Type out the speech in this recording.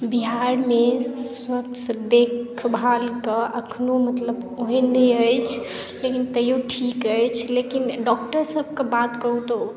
बिहारमे स्वास्थ्य देखभालके एखनो मतलब ओहन नहि अछि लेकिन तैयौ ठीक अछि लेकिन डॉक्टर सबके बात कहू तऽ